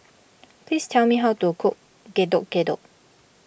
please tell me how to cook Getuk Getuk